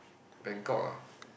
Bangkok ah